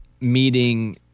meeting